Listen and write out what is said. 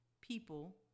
people